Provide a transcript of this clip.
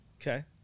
Okay